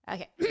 Okay